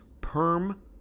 perm